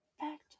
Fact